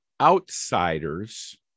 outsiders